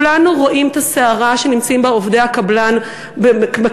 כולנו רואים את הסערה שנמצאים בה עובדי הקבלן בכנסת.